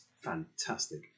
fantastic